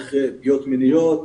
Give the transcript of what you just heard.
דרך פגיעות מיניות,